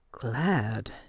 glad